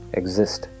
exist